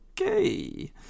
okay